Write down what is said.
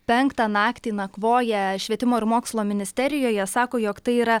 penktą naktį nakvoja švietimo ir mokslo ministerijoje sako jog tai yra